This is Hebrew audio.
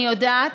אני יודעת,